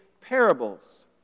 parables